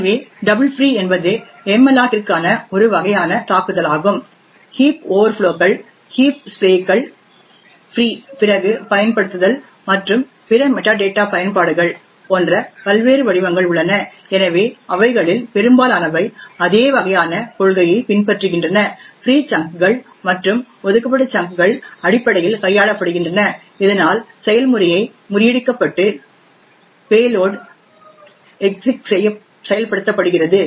எனவே double free என்பது மல்லோக்கிற்கான ஒரு வகையான தாக்குதலாகும் ஹீப் ஓவர்ஃப்ளோகள் ஹீப் ஸ்ப்ரேக்கள் ஃப்ரீ பிறகு பயன்படுத்துதல் மற்றும் பிற மெட்டாடேட்டா பயன்பாடுகள் போன்ற பல்வேறு வடிவங்கள் உள்ளன எனவே அவைகளில் பெரும்பாலானவை அதே வகையான கொள்கையைப் பின்பற்றுகின்றன ஃப்ரீ சங்க்கள் மற்றும் ஒதுக்கப்பட்ட சங்க்கள் அடிப்படையில் கையாளப்படுகின்றன இதனால் செயல்முறையை முறியடிக்கப்பட்டு பேலோட் எக்ஸிக் செயல்படுத்தப்படுகிறது